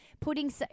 putting